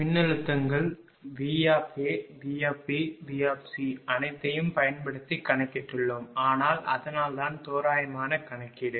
மின்னழுத்தங்கள் VA VBVC அனைத்தையும் பயன்படுத்தி கணக்கிட்டுள்ளோம் ஆனால் அதனால்தான் தோராயமான கணக்கீடு